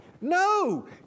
no